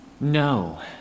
No